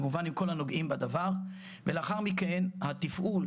כמובן עם כל הנוגעים בדבר ולאחר מכן התפעול,